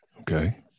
okay